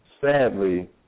sadly